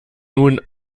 nun